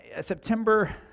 September